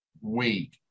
week